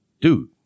dude